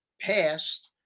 passed